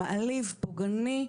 מעליב, פוגעני.